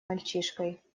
мальчишкой